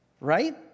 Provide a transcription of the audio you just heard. right